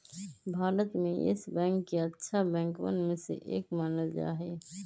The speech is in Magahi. भारत में येस बैंक के अच्छा बैंकवन में से एक मानल जा हई